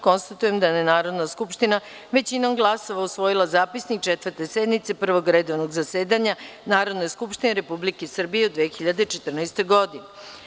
Konstatujem da je Narodna skupština većinom glasova usvojila Zapisnik Četvrte sednice Prvog redovnog zasedanja Narodne skupštine Republike Srbije u 2014. godini.